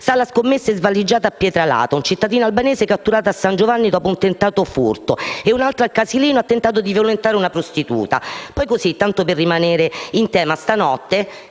sala scommesse svaligiata a Pietralata, un cittadino albanese catturato a San Giovanni dopo un tentato furto e un altro al Casilino che ha tentato di violentare una prostituta. Poi, tanto per rimanere in tema, questa notte